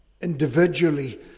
Individually